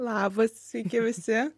labas sveiki visi